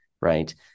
right